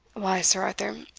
why, sir arthur,